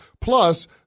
Plus